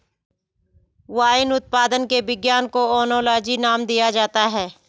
wine उत्पादन के विज्ञान को ओनोलॉजी नाम दिया जाता है